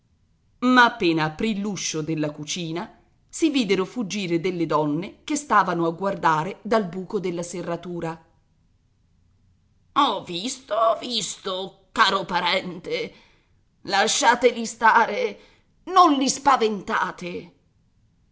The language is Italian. ma appena aprì l'uscio della cucina si videro fuggire delle donne che stavano a guardare dal buco della serratura ho visto ho visto caro parente lasciateli stare non li spaventate